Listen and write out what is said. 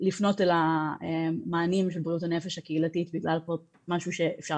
לפנות אל המענים של בריאות הנפש הקהילתית בגלל משהו שאפשר